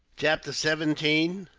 chapter seventeen